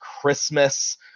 christmas